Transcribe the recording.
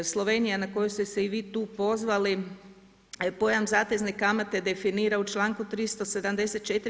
Slovenija na koju ste se i vi tu pozvali je pojam zatezne kamate definira u čl. 374.